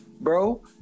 bro